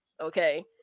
Okay